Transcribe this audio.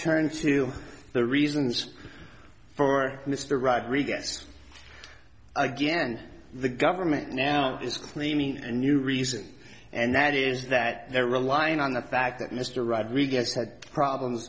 turn to the reasons for mr rodriguez again the government now is cleaning a new reason and that is that they're relying on the fact that mr rodriguez